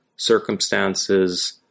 circumstances